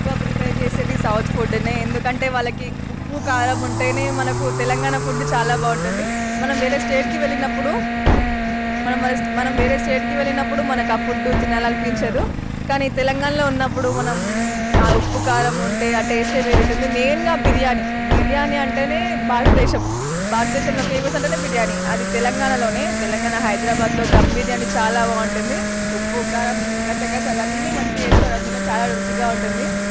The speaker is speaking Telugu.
ఎక్కువ ప్రిఫర్ చేసేది సౌత్ ఫుడ్నే ఎందుకంటే వాళ్ళకి ఉప్పు కారం ఉంటేనే మనకు తెలంగాణ ఫుడ్ చాలా బాగుంటుంది మనం వేరే స్టేట్కి వెళ్ళినప్పుడు మనం మన మనం వేరే స్టేట్కి వెళ్ళినప్పుడు మనకు ఆ ఫుడ్డు తినాలనిపించదు కానీ తెలంగాణలో ఉన్నప్పుడు మనం ఆ ఉప్పు కారం ఉంటే ఆ టేస్టే వేరే ఉంటుంది మెయిన్గా బిర్యాని బిర్యాని అంటేనే భారతదేశం భారతదేశంలో ఫేమస్ అంటేనే బిర్యాని అది తెలంగాణలోనే తెలంగాణ హైదరాబాద్లో దమ్ బిర్యాని చాలా బాగుంటుంది ఉప్పు కారం గసగసాలు అన్నిమంచిగా వేస్తారు అందులో చాలా రుచిగా ఉంటుంది